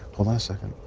hold on a second.